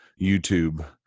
youtube